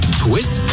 twist